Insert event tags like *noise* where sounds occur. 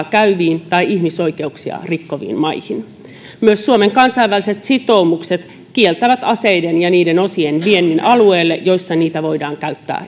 *unintelligible* käyviin tai ihmisoikeuksia rikkoviin maihin myös suomen kansainväliset sitoumukset kieltävät aseiden ja niiden osien viennin alueelle jolla niitä voidaan käyttää